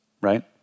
right